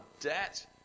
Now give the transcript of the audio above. debt